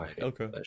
Okay